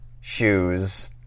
shoes